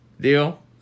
Deal